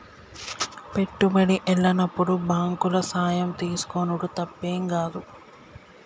పెట్టుబడి ఎల్లనప్పుడు బాంకుల సాయం తీసుకునుడు తప్పేం గాదు